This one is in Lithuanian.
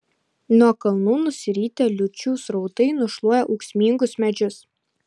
nuo kalnų nusiritę liūčių srautai nušluoja ūksmingus medžius